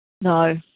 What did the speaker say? no